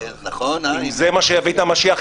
אם זה מה שיביא את המשיח,